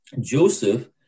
Joseph